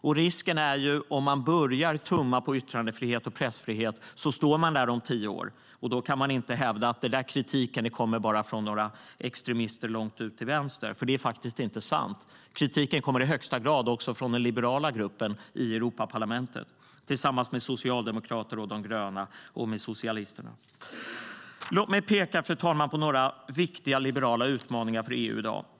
Om man börjar tumma på yttrandefrihet och pressfrihet i Ungern är risken att man står där om tio år. Då kan man inte hävda att kritiken bara kommer från några extremister långt ute till vänster, för det är faktiskt inte sant. Kritiken kommer i högsta grad också från den liberala gruppen i Europaparlamentet tillsammans med socialdemokrater, de gröna och socialisterna. Fru talman! Låt mig peka på några viktiga liberala utmaningar för EU i dag.